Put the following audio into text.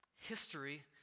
history